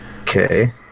Okay